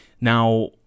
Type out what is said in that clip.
Now